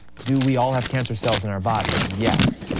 do we all have cancer cells in our body, yes.